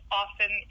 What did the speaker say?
often